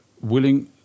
willing